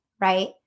right